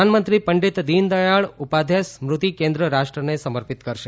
પ્રધાનમંત્રી પંડિત દિનદયાળ ઉપાધ્યાય સ્મૃતિ કેન્દ્ર રાષ્ટ્રને સમર્પિત કરશે